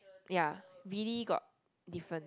ya really got difference